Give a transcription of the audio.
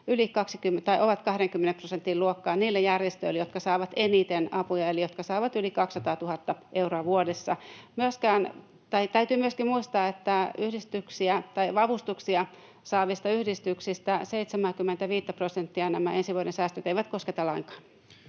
ovat 20 prosentin luokkaa niille järjestöille, jotka saavat eniten apuja eli jotka saavat yli 200 000 euroa vuodessa. Täytyy myöskin muistaa, että avustuksia saavista yhdistyksistä 75:tä prosenttia nämä ensi vuoden säästöt eivät kosketa lainkaan.